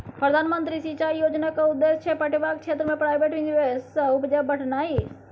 प्रधानमंत्री सिंचाई योजनाक उद्देश्य छै पटेबाक क्षेत्र मे प्राइवेट निबेश सँ उपजा बढ़ेनाइ